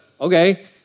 okay